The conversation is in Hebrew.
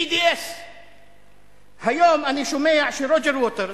BDS. היום אני שומע שרוג'ר ווטרס,